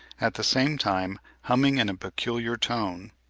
at the same time humming in a peculiar tone.